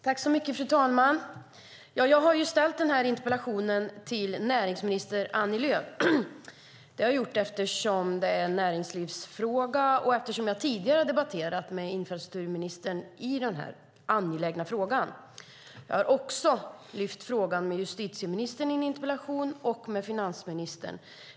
Fru talman! Jag har ställt den här interpellationen till näringsminister Annie Lööf. Det har jag gjort eftersom det är en näringslivsfråga och eftersom jag tidigare har debatterat den här angelägna frågan med infrastrukturministern. Jag har också ställt en interpellation i den här frågan till justitieministern och en till finansministern.